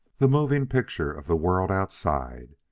the moving picture of the world outside.